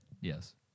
Yes